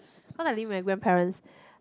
cause I live with my grandparents